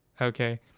Okay